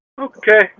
okay